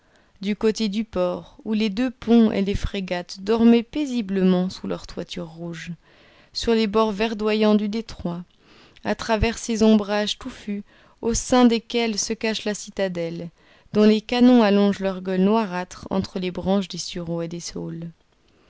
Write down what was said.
du côté du port où les deux-ponts et les frégates dormaient paisiblement sous leur toiture rouge sur les bords verdoyants du détroit à travers ces ombrages touffus au sein desquels se cache la citadelle dont les canons allongent leur gueule noirâtre entre les branches des sureaux et des saules